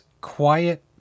quiet